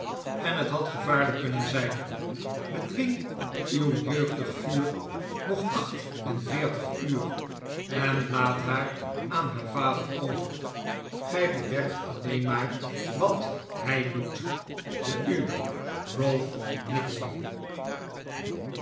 zijn bedwing uw jeugdig vuur nog acht en veertig uur en laat haar aan haar vader over gij bederft alleen maar wat hij doet de uwe